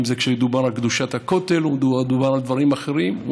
אם כשדובר על קדושת הכותל ואם כשדובר על דברים אחרים,